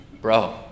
bro